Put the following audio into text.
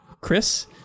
Chris